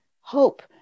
hope